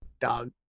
Dog